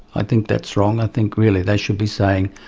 i think that's wrong. i think really they should be saying,